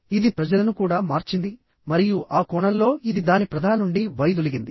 ఇది ప్రజలను కూడా మార్చింది మరియు ఆ కోణంలో ఇది దాని ప్రధాన నుండి వైదొలిగింది